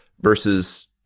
versus